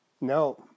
No